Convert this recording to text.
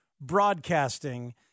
broadcasting